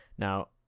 Now